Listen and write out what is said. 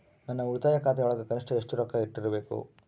ನನ್ನ ಉಳಿತಾಯ ಖಾತೆಯೊಳಗ ಕನಿಷ್ಟ ಎಷ್ಟು ರೊಕ್ಕ ಇಟ್ಟಿರಬೇಕು?